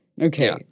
Okay